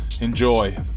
enjoy